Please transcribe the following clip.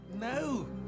No